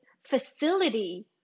facility